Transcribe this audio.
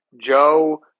Joe